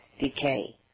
decay